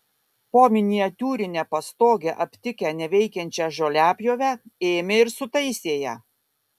po miniatiūrine pastoge aptikę neveikiančią žoliapjovę ėmė ir sutaisė ją